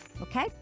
Okay